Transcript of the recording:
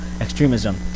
extremism